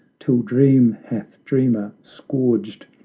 till dream hath dreamer scourged,